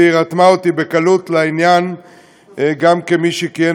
והיא רתמה אותי בקלות לעניין גם כמי שכיהן